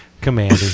Commander